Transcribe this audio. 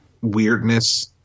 weirdness